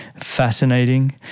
fascinating